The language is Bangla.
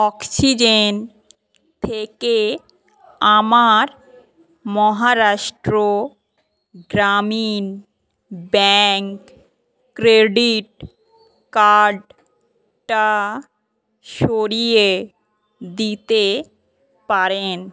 অক্সিজেন থেকে আমার মহারাষ্ট্র গ্রামীণ ব্যাঙ্ক ক্রেডিট কার্ডটা সরিয়ে দিতে পারেন